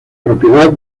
propiedad